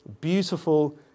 Beautiful